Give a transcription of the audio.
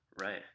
Right